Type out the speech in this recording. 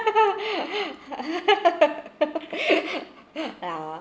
uh